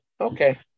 okay